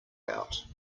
out